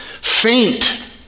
faint